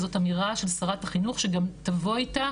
זו אמירה של שרת החינוך שגם תבוא איתה